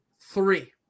Three